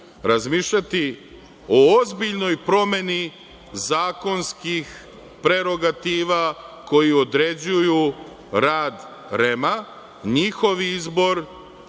razmišljati o ozbiljnoj promeni zakonskih prerogativa, koji određuju rad REM, njihov izbor,